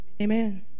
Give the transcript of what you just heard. Amen